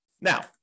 Now